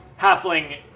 halfling